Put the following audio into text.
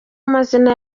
amazina